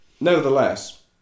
Nevertheless